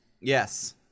Yes